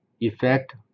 Effect